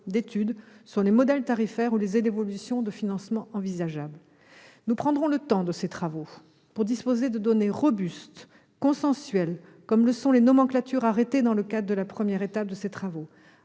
d'étude sur les modèles tarifaires ou les évolutions de financement envisageables. Nous prendrons le temps de ces travaux pour disposer de données robustes et consensuelles, comme le sont les nomenclatures arrêtées dans le cadre de la première étape de ces travaux.